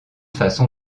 façon